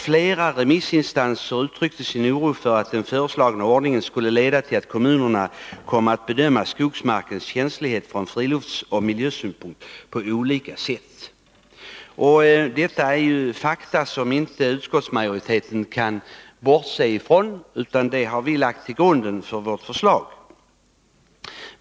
Flera remissinstanser uttryckte sin oro för att den föreslagna ordningen skulle leda till att kommunerna kom att bedöma skogsmarkens känslighet från friluftslivsoch miljösynpunkt på olika sätt. Det är fakta som utskottsmajoriteten inte kan bortse ifrån, och därför har vi lagt dem till grund för vårt förslag.